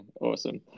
awesome